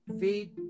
feed